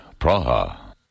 Praha